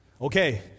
Okay